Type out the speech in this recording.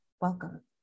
Welcome